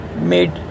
made